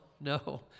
No